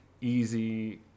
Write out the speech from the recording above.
easy